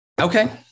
Okay